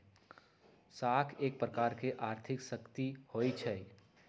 साख एक प्रकार के आर्थिक शक्ति होइ छइ